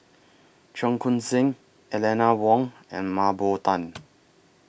Cheong Koon Seng Eleanor Wong and Mah Bow Tan